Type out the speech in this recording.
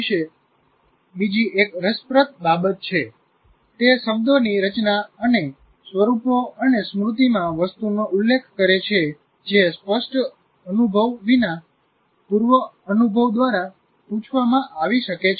વિશે બીજી એક રસપ્રદ બાબત છે તે શબ્દોની રચના અને સ્વરૂપો અને સ્મૃતિ માં વસ્તુનો ઉલ્લેખ કરે છે જે સ્પષ્ટ અનુભવ વિના પૂર્વ અનુભવ દ્વારા પૂછવામાં આવી શકે છે